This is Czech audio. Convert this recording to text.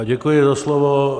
Děkuji za slovo.